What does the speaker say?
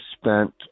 spent